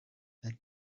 that